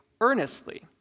earnestly